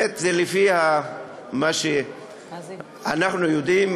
לפי מה שאנחנו יודעים,